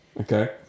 Okay